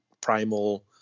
primal